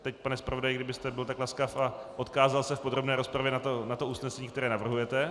Teď, pane zpravodaji, kdybyste byl tak laskav a odkázal se v podrobné rozpravě na to usnesení, které navrhujete.